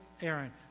Aaron